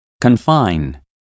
confine